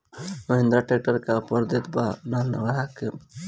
Mahindra tractor का offer देत बा अपना नया ग्राहक के?